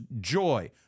joy